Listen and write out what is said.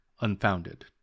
unfounded